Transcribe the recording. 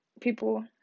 people